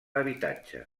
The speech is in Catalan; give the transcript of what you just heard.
habitatge